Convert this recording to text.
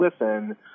listen